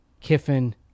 kiffin